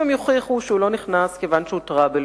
אם הם יוכיחו שהוא לא נכנס כיוון שהוא troublemaker